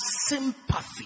sympathy